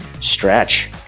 stretch